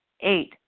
Eight